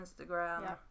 Instagram